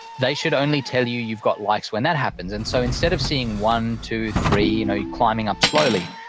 they should only tell you you've got likes when that happens. and so instead of seeing one, two, three, you know you're climbing up slowly,